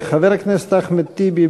חבר הכנסת אחמד טיבי,